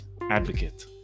advocate